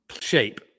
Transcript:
shape